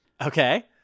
Okay